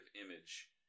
image